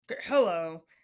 Hello